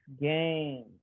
game